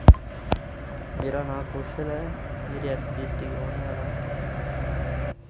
मेरा नांऽ कौशल ऐ में रियासी डिस्ट्रिक्ट दा रौह्ने आह्ला